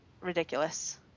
ridiculous